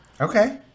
Okay